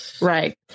right